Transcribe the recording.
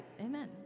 Amen